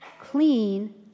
clean